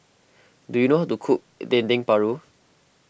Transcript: do you know how to cook Dendeng Paru